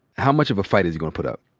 how much of a fight is he gonna put up?